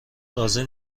راضی